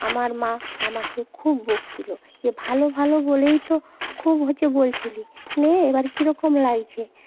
আমার মা আমাকে খুব বকছিল যে ভালো ভালো বলেই তো খুব হচ্ছে বলছিলি নে এবার কীরকম লাগছে